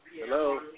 Hello